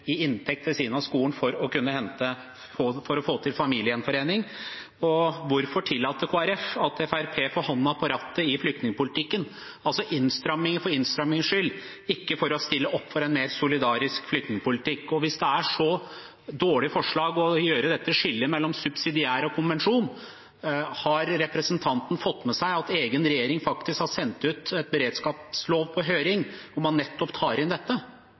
i inntekt ved siden av skolen for å få til familiegjenforening. Hvorfor tillater Kristelig Folkeparti at Fremskrittspartiet får hånda på rattet i flyktningpolitikken – altså innstramminger for innstrammingenes skyld, ikke for å stille opp for en mer solidarisk flyktningpolitikk? Hvis det er et så dårlig forslag å skille mellom subsidiær beskyttelse og konvensjonsstatus, har representanten fått med seg at egen regjering faktisk har sendt ut en beredskapslov på høring, hvor man nettopp tar inn dette?